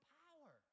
power